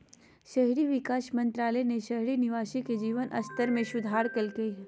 शहरी विकास मंत्रालय ने शहरी निवासी के जीवन स्तर में सुधार लैल्कय हइ